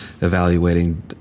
evaluating